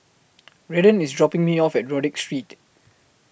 Redden IS dropping Me off At Rodyk Street